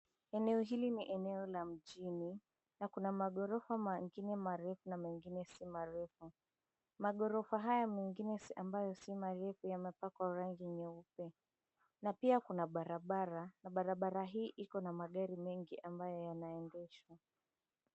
Eneo hili ni eneo la mjini na kuna maghorofa mengine marefu na mengine si marefu. Maghorofa haya mengine ambayo si marefu yamepakwa rangi nyeupe na pia kuna barabara na barabara hii ikona magari mengi ambayo yanaendeshwa.